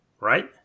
right